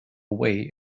away